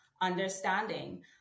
understanding